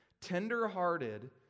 tenderhearted